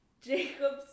Jacob's